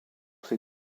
ses